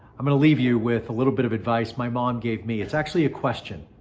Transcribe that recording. i'm gonna leave you with a little bit of advice my mom gave me, it's actually a question.